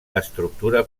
estructura